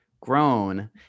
grown